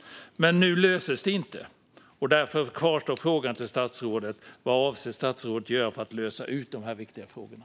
Men nu löses det inte. Därför kvarstår frågan till statsrådet: Vad avser statsrådet att göra för att lösa ut de här viktiga frågorna?